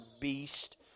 beast